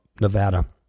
Nevada